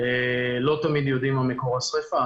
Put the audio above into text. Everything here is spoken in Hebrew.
לא תמיד יודעים מה מקור השריפה,